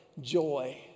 joy